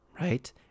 right